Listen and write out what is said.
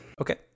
Okay